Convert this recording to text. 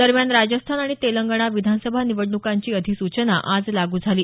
दरम्यान राजस्थान आणि तेलंगणा विधानसभा निवडणूकांची अधिसूचना आज लागू झाली